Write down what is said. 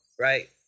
right